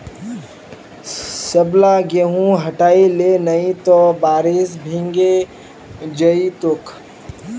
सबला गेहूं हटई ले नइ त बारिशत भीगे जई तोक